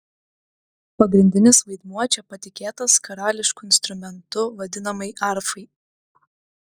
pagrindinis vaidmuo čia patikėtas karališku instrumentu vadinamai arfai